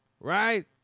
right